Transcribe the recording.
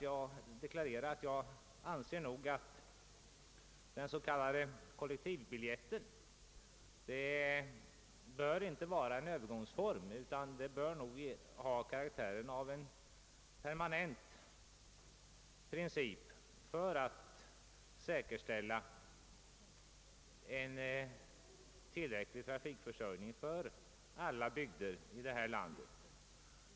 Jag anser också att den s.k. kollektivbiljetten inte skall vara en övergångsform utan bör ha karaktären av en permanent anordning ägnad att säkerställa en tillfredsställande trafikförsörjning för alla bygder här i landet.